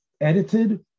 edited